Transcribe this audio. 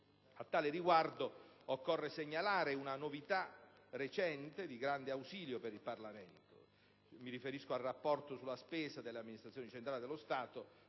A tal riguardo, occorre segnalare una novità recente di grande ausilio per il Parlamento. Mi riferisco al Rapporto sulla spesa delle amministrazioni centrali dello Stato